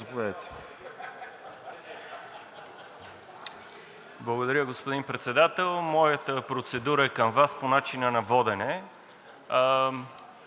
Благодаря, господин Председател. Моята процедура е към Вас по начина водене.